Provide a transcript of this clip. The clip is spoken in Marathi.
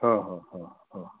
हो हो हो हो